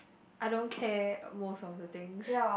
I don't care most of the things